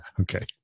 okay